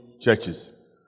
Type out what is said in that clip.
churches